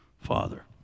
Father